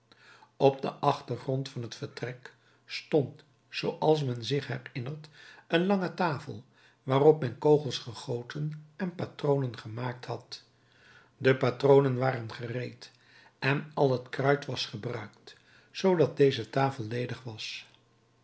op den achtergrond van het vertrek stond zooals men zich herinnert een lange tafel waarop men kogels gegoten en patronen gemaakt had de patronen waren gereed en al het kruit was gebruikt zoodat deze tafel ledig was